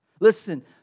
listen